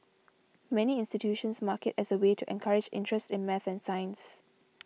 many institutions mark it as a way to encourage interest in math and science